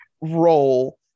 role